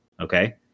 okay